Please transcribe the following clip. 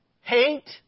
hate